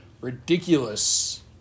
ridiculous